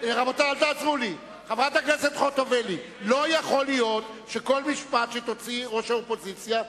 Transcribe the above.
לא יכול להיות שכל משפט שתוציא ראש האופוזיציה,